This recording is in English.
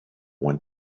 went